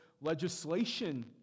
legislation